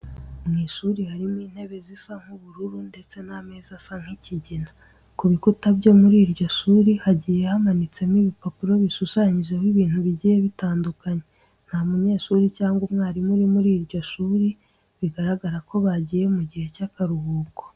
Mu ishuri harimo intebe zisa nk'ubururu ndetse n'ameza asa nk'ikigina. Ku bikuta byo muri iryo shuri hagiye hamanitseho ibipapuro bishushanyijeho ibintu bigiye bitandukanye. Nta munyeshuri cyangwa umwarimu uri muri iryo shuri, bigaragara ko bagiye mu gihe cy'akaruhuko.